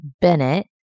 Bennett